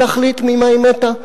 להחליט ממה היא מתה.